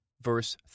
VERSE